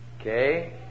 Okay